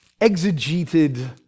exegeted